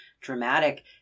Dramatic